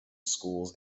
schools